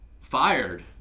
Fired